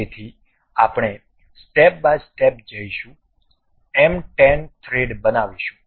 તેથી આપણે step by step જઈશું m 10 થ્રેડ બનાવીશું